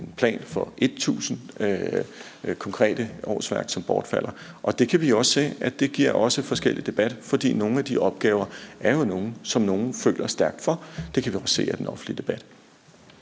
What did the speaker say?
en plan for 1.000 konkrete årsværk, som bortfalder, og det kan vi også se giver forskellig debat. For nogle af de opgaver er jo nogle, som nogleføler stærkt for. Det kan vi også se af den offentlige debat.